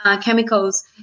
chemicals